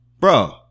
bro